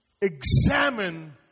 examine